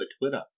Twitter